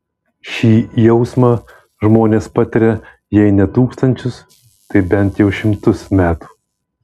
šį jausmą žmonės patiria jei ne tūkstančius tai bent jau šimtus metų